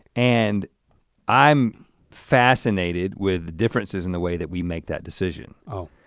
and i'm fascinated with differences in the way that we make that decision. oh.